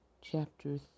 chapter